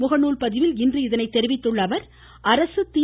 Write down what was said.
முகநூல் பதிவில் இதைத் தெரிவித்துள்ள அவர் அரசு தி